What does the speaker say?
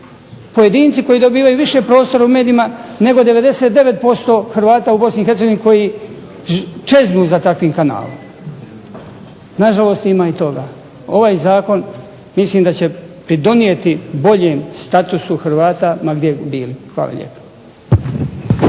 pojedinci koji dobivaju više prostora u medijima nego 99% Hrvata u Bosni i Hercegovini koji čeznu za takvim kanalom. Na žalost ima i toga. Ovaj Zakon mislim da će pridonijeti boljem statusu Hrvata ma gdje bili. Hvala lijepa.